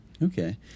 Okay